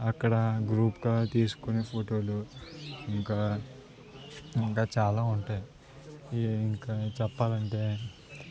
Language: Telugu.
అక్కడ గ్రూప్గా తీసుకునే ఫోటోలు ఇంకా ఇంకా చాలా ఉంటాయి ఇంకా చెప్పాలి అంటే